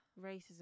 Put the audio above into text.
racism